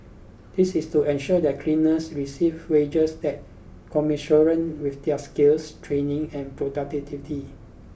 this is to ensure that cleaners receive wages that commensurate with their skills training and productivity